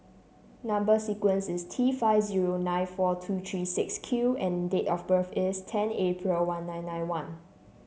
number sequence is T five zero nine four two three six Q and date of birth is ten April one nine nine one